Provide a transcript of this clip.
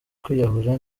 kwiyahura